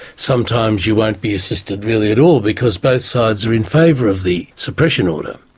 sometimes you won't be assisted really at all because both sides are in favour of the suppression order.